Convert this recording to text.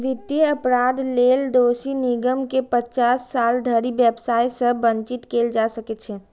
वित्तीय अपराध लेल दोषी निगम कें पचास साल धरि व्यवसाय सं वंचित कैल जा सकै छै